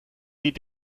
die